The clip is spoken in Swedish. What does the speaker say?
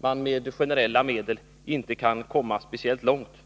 man med generella medel inte kan komma speciellt långt.